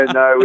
no